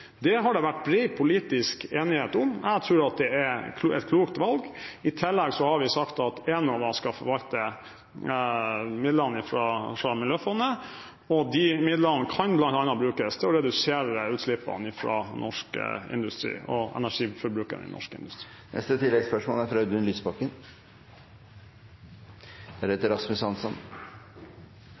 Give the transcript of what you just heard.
det norske systemet. Det har det vært bred politisk enighet om. Jeg tror at det er et klokt valg. I tillegg har vi sagt at Enova skal forvalte midlene fra Miljøfondet, og de midlene kan bl.a. brukes til å redusere utslippene fra norsk industri – og energiforbruket i norsk industri. Audun Lysbakken – til oppfølgingsspørsmål. Jeg forstår at olje- og energiministeren er